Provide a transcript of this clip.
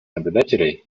наблюдателей